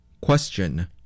question